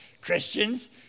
Christians